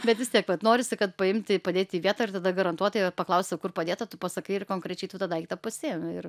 bet vis tiek vat norisi kad paimti padėti į vietą ir tada garantuotai paklausia kur padėta tu pasakai ir konkrečiai tu tą daiktą pasiimi ir